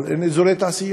אבל אין אזורי תעשייה.